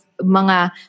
mga